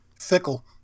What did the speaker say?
Fickle